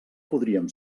podríem